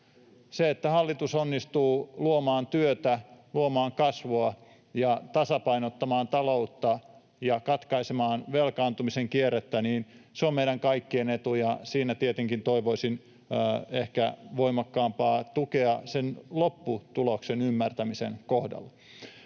Se, että hallitus onnistuu luomaan työtä, luomaan kasvua, tasapainottamaan taloutta ja katkaisemaan velkaantumisen kierrettä, on meidän kaikkien etu, ja siinä tietenkin toivoisin ehkä voimakkaampaa tukea sen lopputuloksen ymmärtämisen kohdalla.